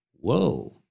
Whoa